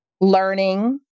learning